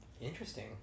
Interesting